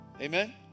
Amen